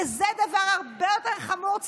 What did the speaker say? וזה דבר הרבה יותר חמור,